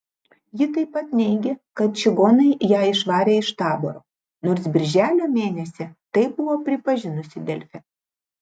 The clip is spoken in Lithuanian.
ji taip pat neigė kad čigonai ją išvarė iš taboro nors birželio mėnesį tai buvo pripažinusi delfi